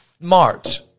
March